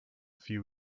few